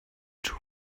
try